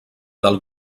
del